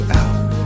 out